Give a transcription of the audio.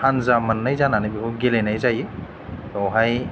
हानजा मोननै जानानै बेखौ गेलेनाय जायो बावहाय